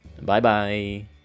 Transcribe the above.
Bye-bye